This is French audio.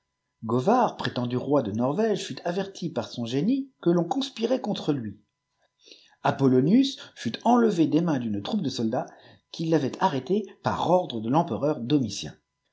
prétendu roi de norwège fut averti par son génie que ton conspirait contre lui apollonius fut enlevé des mains d'une troupe de somats qui l'avaient arrêté par ordre de l'empereur domitieh